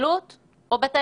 הפעילות או בתי